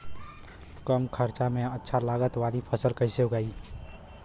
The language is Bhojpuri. कम खर्चा में अच्छा लागत वाली फसल कैसे उगाई?